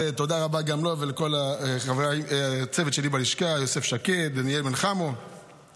הודות לחברי הוועדה החרוצים, באמת,